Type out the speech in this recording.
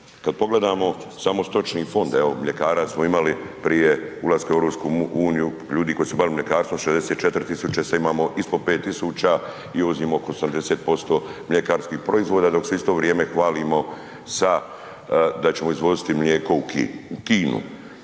Kad pogledamo samo stočni fond, evo mljekara smo imali prije ulaska u EU, ljudi koji su se bavili mljekarstvom 64 000, sad imamo ispod 5000 i uvozimo oko 80% mljekarskih proizvoda dok se u isto vrijeme hvalimo sa da ćemo izvoziti mlijeka u Kinu.